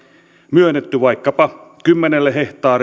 myönnetty vaikkapa kymmenelle hehtaarille